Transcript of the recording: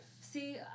See